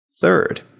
Third